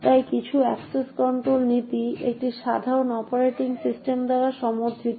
তাই কিছু access control নীতি একটি সাধারণ অপারেটিং সিস্টেম দ্বারা সমর্থিত